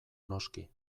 noski